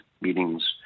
meetings